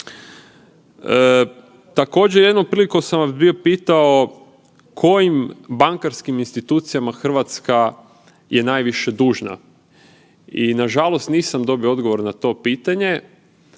Također jednom prilikom sam vas bio pitao kojim bankarskim institucijama Hrvatska je najviše dužna. I nažalost nisam dobio odgovor na to pitanje,